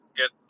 get